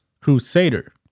crusader